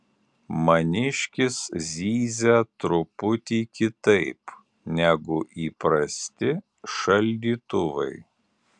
maniškis zyzia truputį kitaip negu įprasti šaldytuvai